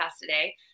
today